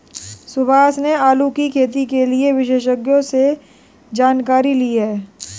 सुभाष ने आलू की खेती के लिए विशेषज्ञों से जानकारी ली